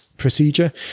procedure